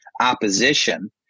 opposition